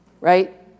right